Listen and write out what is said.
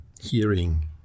hearing